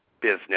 business